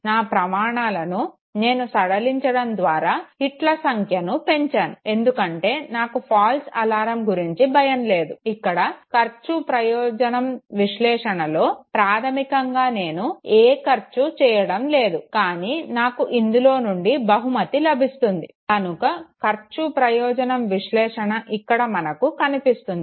నా ప్రమాణాలను నేను సడలించడం ద్వారా హిట్ల సంఖ్యను పెంచాను ఎందుకంటే నాకు ఫాల్స్ అలారం గురించి భయం లేదు ఇక్కడ ఖర్చు ప్రయోజనం విశ్లేషణలో ప్రాధమికంగా నేను ఏ కార్చు చేయడం లేదు కానీ నాకు ఇందులో నుండి బహుమతి లభిస్తుంది కనుక ఖర్చు ప్రయోజనం విశ్లేషణ ఇక్కడ మనకు కనిపిస్తుంది